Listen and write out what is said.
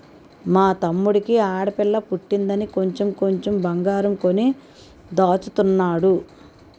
మా తమ్ముడికి ఆడపిల్ల పుట్టిందని కొంచెం కొంచెం బంగారం కొని దాచుతున్నాడు